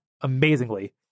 amazingly